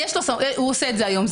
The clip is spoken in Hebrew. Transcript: הוא עושה זאת כיום.